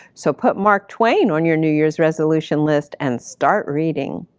so put mark twain on your new year's resolution list and start reading!